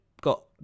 got